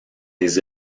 des